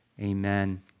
amen